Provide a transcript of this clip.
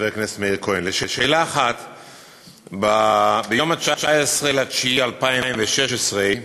חבר הכנסת מאיר כהן, 1. ביום 19 בספטמבר 2016,